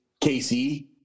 KC